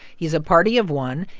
he's a party of one,